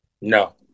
No